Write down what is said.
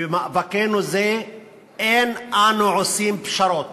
במאבקנו זה אין אנו עושים פשרות.